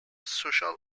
social